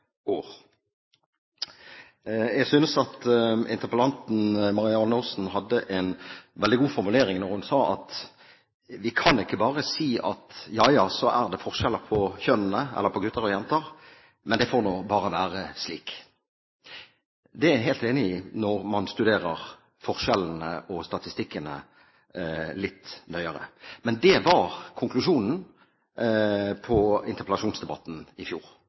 Jeg synes at interpellanten Marianne Aasen hadde en veldig god formulering da hun sa at vi kan ikke bare si ja, ja, så er det forskjell på gutter og jenter, men det får nå bare være slik. Det er jeg helt enig i når man studerer forskjellene og statistikkene litt nøyere. Men det var konklusjonen på interpellasjonsdebatten i fjor.